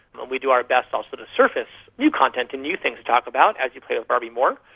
but we do our best also to surface new content and new things to talk about as you play with barbie more.